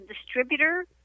distributor